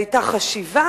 היתה חשיבה,